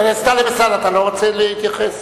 זה לא, ולטלב אלסאנע אתה לא רוצה להתייחס?